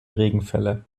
regenfälle